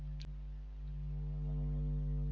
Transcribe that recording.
फूल तेल, साबुन आ साज सजावट खातिर काम आवेला